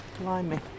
Blimey